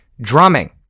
drumming